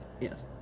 Yes